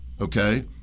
Okay